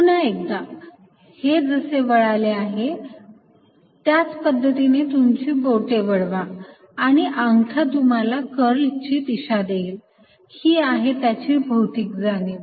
पुन्हा एकदा हे जसे वळले आहे त्याच पद्धतीने तुमची बोटे वळवा आणि अंगठा तुम्हाला कर्ल ची दिशा देईल ही आहे त्याची भौतिक जाणीव